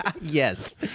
yes